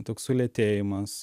toks sulėtėjimas